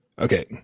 Okay